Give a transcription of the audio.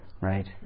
right